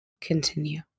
Continue